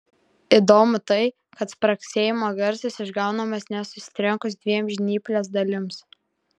įdomu tai kad spragsėjimo garsas išgaunamas ne susitrenkus dviem žnyplės dalims